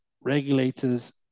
regulators